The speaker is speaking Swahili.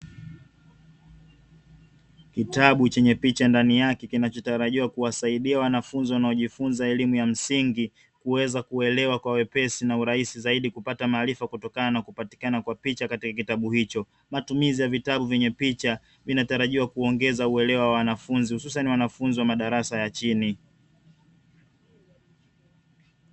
Kitabu chenye picha ndani yake kinachotarajiwa kuwasaidiwa wanafunzi wanaojifunza elimu ya msingi kuweza kuelewa kwa wepesi na urahisi zaidi, kupata maarifa kutokana na kupatikana kwa picha katika kitabu hicho, matumizi ya vitabu vyenye picha vinatarajiwa kuongeza uelewa wa wanafunzi hususani wanafunzi wa madarasa ya chini.